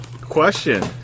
Question